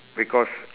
because